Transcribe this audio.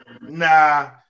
Nah